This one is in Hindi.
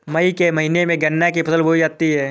मई के महीने में गन्ना की फसल बोई जाती है